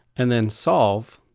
and then solve,